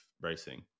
racing